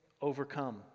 overcome